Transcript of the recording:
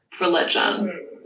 religion